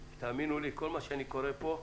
תאמינו לי, כל מה שאני קורא פה,